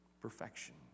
Perfection